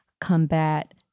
combat